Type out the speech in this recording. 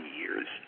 years